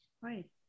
Right